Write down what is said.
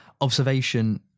observation